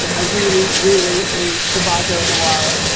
but i really, really need the baco noir.